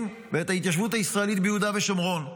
ואת ההתיישבות הישראלית ביהודה ושומרון.